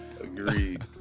Agreed